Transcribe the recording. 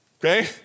okay